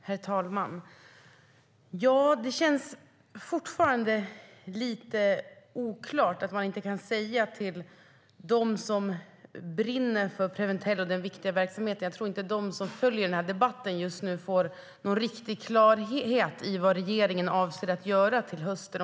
Herr talman! Det känns fortfarande lite oklart. Jag tror inte att de som brinner för Preventell och dess viktiga verksamhet och de som följer den här debatten just nu får någon riktig klarhet i vad regeringen avser att göra till hösten.